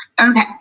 Okay